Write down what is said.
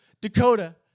Dakota